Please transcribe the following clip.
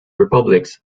republics